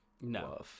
No